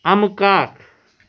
امہٕ کاک